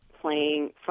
playing